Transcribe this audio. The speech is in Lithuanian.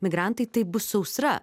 migrantai tai bus sausra